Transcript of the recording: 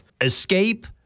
escape